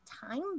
time